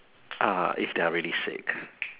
uh if they're really sick